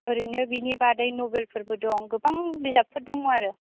ओरैनो बिनि बादै नबेल फोरबो दं गोबां बिजाबफोर दं आरो